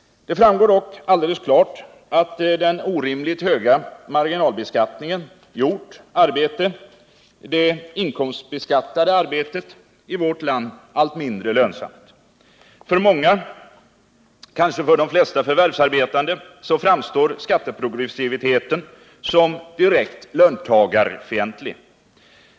Det framgår dock alldeles klart att den orimligt höga marginalbeskattningen gjort arbetet — det inkomstbeskattade arbetet — i vårt land allt mindre lönsamt. För många — kanske för de flesta förvärvsarbetande —- framstår skatteprogressiviteten som direkt löntagarfientlig.